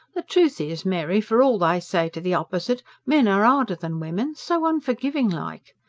the truth is, mary, for all they say to the opposite, men are harder than women so unforgiving-like.